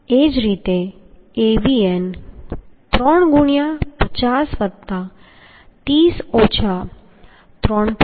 એ જ રીતે Avn 3 ગુણ્યાં 50 વત્તા 30 ઓછા 3